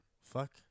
Fuck